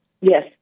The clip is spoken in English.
Yes